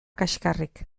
kaxkarrik